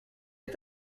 est